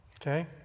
okay